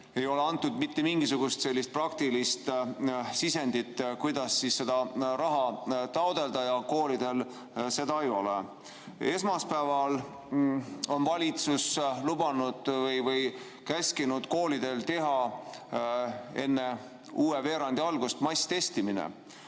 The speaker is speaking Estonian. ei ole antud mitte mingisugust praktilist sisendit, kuidas seda raha taotleda, ja koolidel seda ei ole. Esmaspäeval on valitsus käskinud koolidel teha enne uue veerandi algust õpilaste